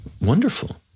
Wonderful